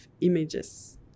images